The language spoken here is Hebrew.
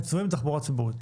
הם צבועים לתחבורה ציבורית.